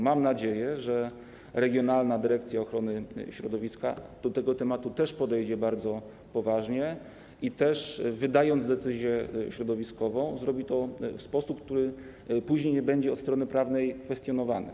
Mam nadzieję, że regionalna dyrekcja ochrony środowiska też podejdzie do tego tematu bardzo poważnie i też, wydając decyzję środowiskową, zrobi to w sposób, który później nie będzie od strony prawnej kwestionowany.